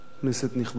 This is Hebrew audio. כנסת נכבדה,